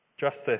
Justice